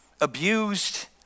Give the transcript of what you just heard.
abused